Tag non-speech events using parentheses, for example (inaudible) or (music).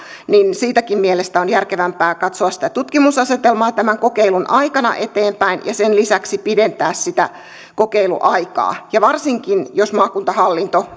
niin siinäkin mielessä on järkevämpää katsoa sitä tutkimusasetelmaa tämän kokeilun aikana eteenpäin ja sen lisäksi pidentää sitä kokeiluaikaa ja varsinkin jos maakuntahallinto (unintelligible)